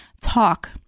TALK